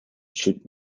should